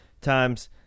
times